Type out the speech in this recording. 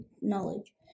knowledge